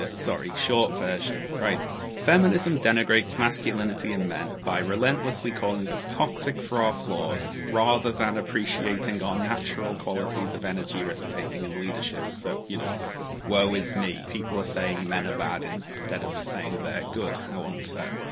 ah sorry. short version, right? feminism denigrates masculinity in men, by relentlessly calling us toxic for our flaws, rather than appreciating our natural qualities, of energy, risk-taking and leadership. so, you know woe is me! people are saying men are bad, and instead of saying they're good. how unfair.